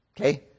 Okay